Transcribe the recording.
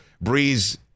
Breeze